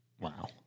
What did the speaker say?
Wow